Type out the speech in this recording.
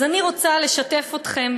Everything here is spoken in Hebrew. אז אני רוצה לשתף אתכם,